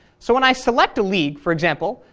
so when i select a league, for example,